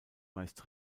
meist